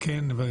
לא דומה.